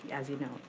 as you know,